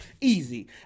Easy